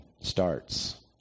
starts